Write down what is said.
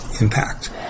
impact